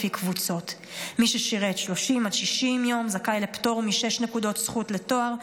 לפי קבוצות: מי ששירת 30 60 יום זכאי לפטור משש נקודות זכות לתואר,